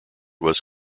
was